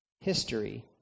history